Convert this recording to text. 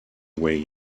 way